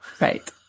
Right